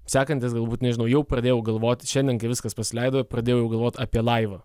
sekantis galbūt nežinau jau pradėjau galvoti šiandien kai viskas pasileido pradėjau jau galvoti apie laivą